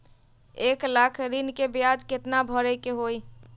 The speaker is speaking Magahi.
एक लाख ऋन के ब्याज केतना भरे के होई?